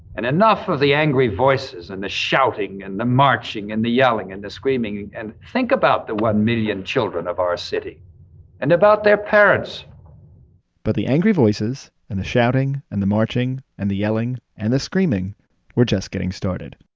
and enough of the angry voices and the shouting and the marching and the yelling and the screaming. and think about the one million children of our city and about their parents but the angry voices and the shouting and the marching and the yelling and the screaming were just getting started